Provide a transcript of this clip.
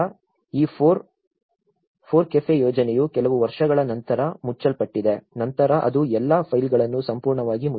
ಈ FORECAFE ಯೋಜನೆಯು ಕೆಲವು ವರ್ಷಗಳ ನಂತರ ಮುಚ್ಚಲ್ಪಟ್ಟಿದೆ ನಂತರ ಅದು ಎಲ್ಲಾ ಫೈಲ್ಗಳನ್ನು ಸಂಪೂರ್ಣವಾಗಿ ಮುಚ್ಚಿದೆ